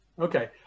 okay